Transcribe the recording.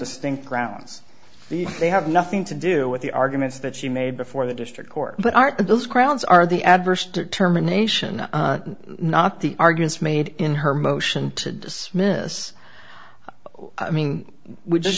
distinct grounds be they have nothing to do with the arguments that she made before the district court but aren't those grounds are the adverse determination not the arguments made in her motion to dismiss i mean we just